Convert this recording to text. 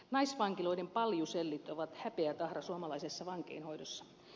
naisvankiloiden paljusellit ovat häpeätahra suomalaisessa vankeinhoidossa